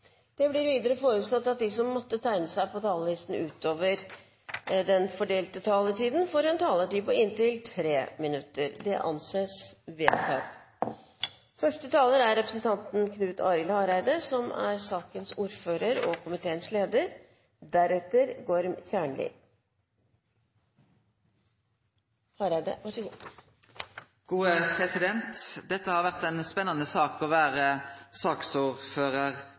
Videre blir det foreslått at de som måtte tegne seg på talerlisten utover den fordelte taletiden, får en taletid på inntil 3 minutter. – Det anses vedtatt. Dette har vore ei spennande sak å vere saksordførar